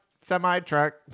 semi-truck